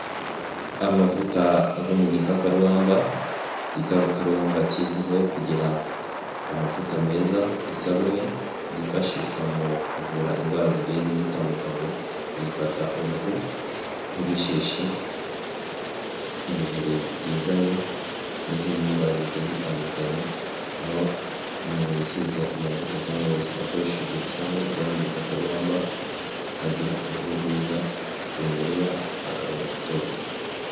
Amavuta ava mu gikakarubamba, igikabakarubamba kizwiho kugira amavuta meza, isabune byifashishwa mu kuvura indwara zigiye zitandukanye zifata uruhu nk'ibishishi, ibiheri byizanye n'izindi ndwara zigiye zitandukanye aho umuntu wisize amavuta cyangwa wakoresheje isabune iva mu gikakabamba agira uruhu rwiza runyerera agahorana itoto.